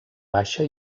baixa